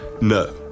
No